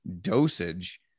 dosage